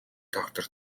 доктор